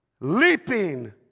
leaping